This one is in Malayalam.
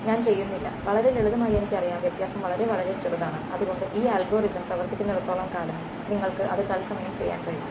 ഞാൻ ചെയ്യുന്നില്ല വളരെ ലളിതമായി എനിക്കറിയാം വ്യത്യാസം വളരെ വളരെ ചെറുതാണ് അതുകൊണ്ട് ഈ അൽഗോരിതം പ്രവർത്തിക്കുന്നിടത്തോളം കാലം നിങ്ങൾക്ക് അത് തത്സമയം ചെയ്യാൻ കഴിയും